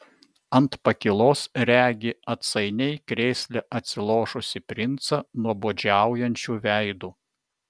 ant pakylos regi atsainiai krėsle atsilošusį princą nuobodžiaujančiu veidu